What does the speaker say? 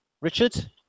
Richard